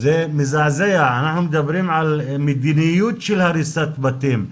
זה מזעזע, אנחנו מדברים על מדיניות של הריסת בתים.